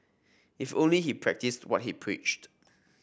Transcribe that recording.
if only he practised what he preached